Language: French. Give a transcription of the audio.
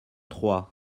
trois